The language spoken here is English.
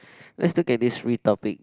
let's look at these three topic